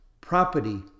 property